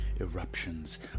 eruptions